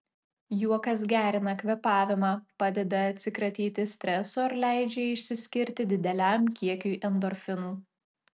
juokas gerina kvėpavimą padeda atsikratyti streso ir leidžia išsiskirti dideliam kiekiui endorfinų